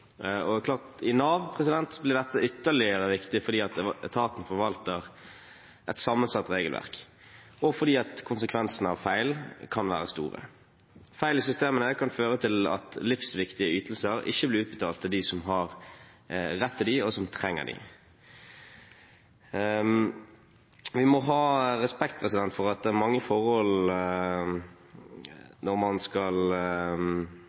Og det er klart at i Nav blir dette ytterligere viktig fordi etaten forvalter et sammensatt regelverk, og fordi konsekvensene av feil kan være store. Feil i systemene kan føre til at livsviktige ytelser ikke blir utbetalt til dem som har rett til dem, og som trenger dem. Vi må ha respekt for når man skal